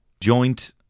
joint